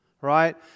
Right